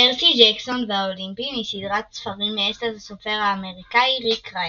פרסי ג'קסון והאולימפיים היא סדרת ספרים מאת הסופר האמריקאי ריק ריירדן.